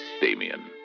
Damien